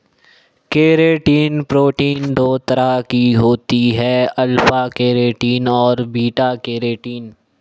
keratin protein दो तरह की होती है अल्फ़ा केरेटिन और बीटा केरेटिन